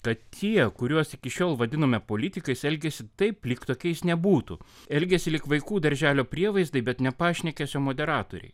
kad tie kuriuos iki šiol vadinome politikais elgiasi taip lyg tokiais nebūtų elgiasi lyg vaikų darželio prievaizdai bet ne pašnekesio moderatoriai